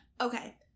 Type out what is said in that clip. Okay